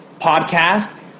podcast